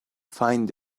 find